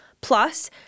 Plus